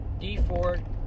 D4